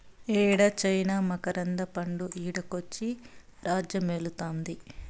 యేడ చైనా మకరంద పండు ఈడకొచ్చి రాజ్యమేలుతాంది